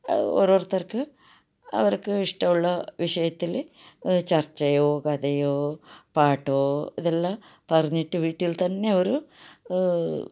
ഒരോരുത്തർക്ക് അവർക്കിഷ്ടമുള്ള വിഷയത്തില് ചർച്ചയോ കഥയോ പാട്ടോ ഇതെല്ലാം പറഞ്ഞിട്ട് വീട്ടിൽ തന്നെ ഒറു